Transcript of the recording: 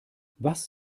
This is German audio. was